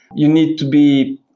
you need to be